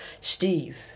Steve